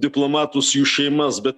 diplomatus jų šeimas bet